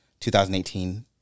2018